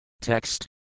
Text